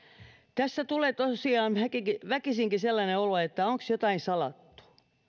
tässä tulee tosiaan väkisinkin sellainen olo että onko jotain salattu